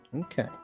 Okay